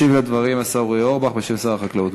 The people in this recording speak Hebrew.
ישיב על הדברים השר אורי אורבך, בשם שר החקלאות.